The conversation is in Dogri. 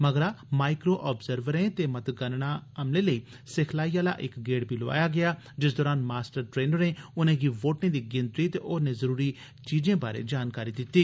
मगरा माईकरो आबज़रवरें ते मतगणना अमले लेई सिखलाई आला इक गेड़ बी लोआया गेया जिस दरान मास्टर ट्रेनरें उनेंगी वोटें गी गिनतरी ते होरनें ज़रुरी चीजें बारै जानकारी दिती